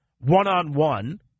one-on-one